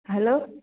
hello